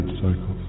cycles